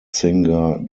singer